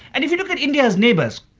and if you look at india's neighbours,